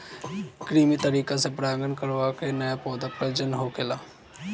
कित्रिम तरीका से परागण करवा के नया पौधा के प्रजनन होखेला